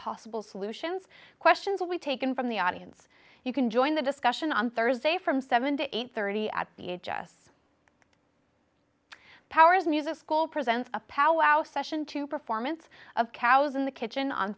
possible solutions questions will be taken from the audience you can join the discussion on thursday from seven to eight thirty at the age us powers music school presents a powwow session to performance of cows in the kitchen on